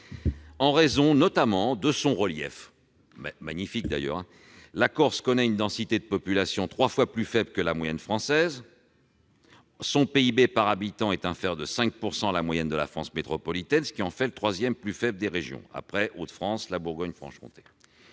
en raison notamment de son relief, la Corse connaît une densité de population trois fois plus faible que la moyenne française »;« son PIB par habitant est inférieur de 5 % à la moyenne de la France métropolitaine, ce qui en fait le troisième plus faible des régions, après les Hauts-de-France et la Bourgogne-Franche-Comté